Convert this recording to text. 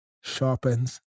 sharpens